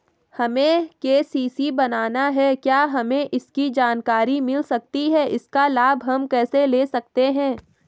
हमें के.सी.सी बनाना है क्या हमें इसकी जानकारी मिल सकती है इसका लाभ हम कैसे ले सकते हैं?